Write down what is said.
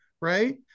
Right